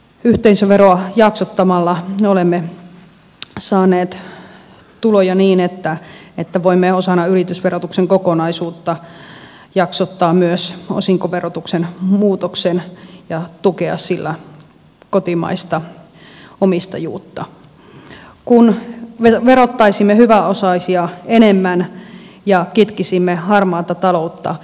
yhteisöveroa jaksottamalla me olemme saaneet tuloja niin että voimme osana yritysverotuksen kokonaisuutta jaksottaa myös osinkoverotuksen muutoksen ja tukea sillä kotimaista omistajuutta kun verottaisimme hyväosaisia enemmän ja kitkisimme harmaata taloutta